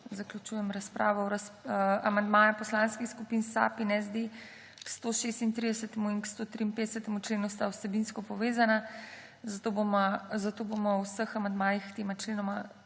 Zaključujem razpravo. Amandmaja poslanskih skupin SAB in SD k 136. in 157. členu sta vsebinsko povezana, zato bomo o vseh amandmajih k tema členoma